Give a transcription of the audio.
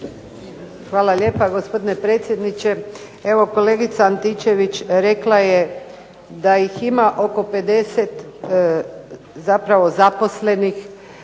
Hvala lijepa, gospodine predsjedniče. Evo kolegica Antičević rekla je da ih ima oko 50 zapravo zaposlenih